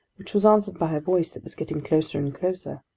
which was answered by a voice that was getting closer and closer.